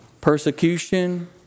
persecution